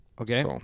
Okay